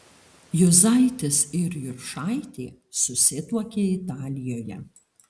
juzaitis ir juršaitė susituokė italijoje